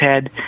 head